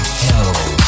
hell